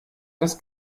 des